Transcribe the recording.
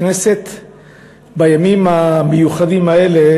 הכנסת בימים המיוחדים האלה